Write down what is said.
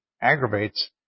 aggravates